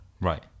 right